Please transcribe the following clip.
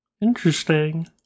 Interesting